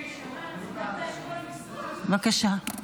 בבקשה.